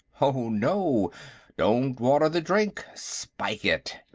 oh, no don't water the drink. spike it.